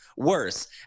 worse